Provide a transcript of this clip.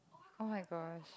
oh-my-gosh